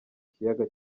kiyaga